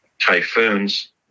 typhoons